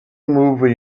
movie